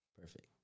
Perfect